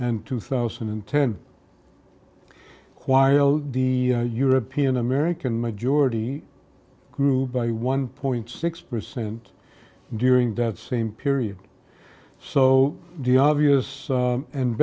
and two thousand and ten quire the european american majority grew by one point six percent during that same period so do you obvious and